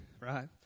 right